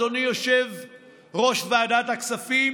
אדוני יושב-ראש ועדת הכספים,